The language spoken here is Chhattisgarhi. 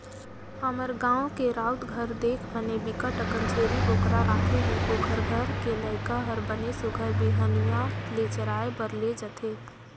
हमर गाँव के राउत घर देख बने बिकट अकन छेरी बोकरा राखे हे, ओखर घर के लइका हर बने सुग्घर बिहनिया ले चराए बर ले जथे